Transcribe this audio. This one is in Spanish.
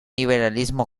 liberalismo